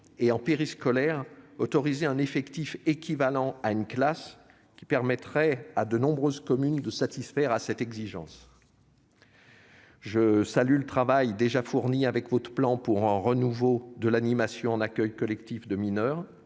je proposais d'autoriser un effectif équivalent à une classe, ce qui permettrait à de nombreuses communes de satisfaire à cette exigence. Je salue le travail fourni grâce à votre plan « Pour un renouveau de l'animation en accueils collectifs de mineurs